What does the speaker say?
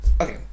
okay